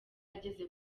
ageze